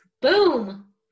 Boom